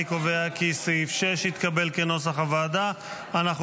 אני קובע כי סעיף 6, כנוסח הוועדה, התקבל.